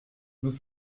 nous